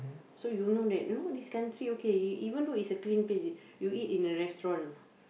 so you don't know that oh this country okay even though it's a clean place you eat in a restaurant